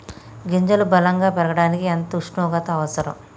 గింజలు బలం గా పెరగడానికి ఎంత ఉష్ణోగ్రత అవసరం?